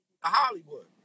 Hollywood